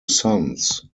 sons